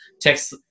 text